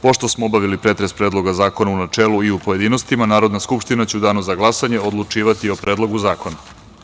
Pošto smo obavili pretres Predloga zakona u načelu i u pojedinostima Narodna skupština će u danu za glasanje odlučivati o Predlogu zakona.